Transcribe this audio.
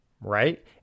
right